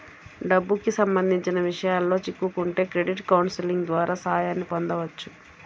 డబ్బుకి సంబంధించిన విషయాల్లో చిక్కుకుంటే క్రెడిట్ కౌన్సిలింగ్ ద్వారా సాయాన్ని పొందొచ్చు